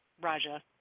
Raja